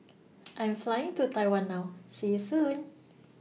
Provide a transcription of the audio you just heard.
I Am Flying to Taiwan now See YOU Soon